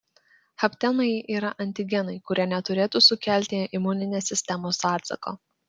haptenai yra antigenai kurie neturėtų sukelti imuninės sistemos atsako